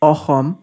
Assam